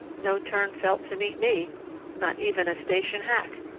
no turnfelt to meet me not even a station hack.